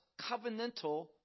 covenantal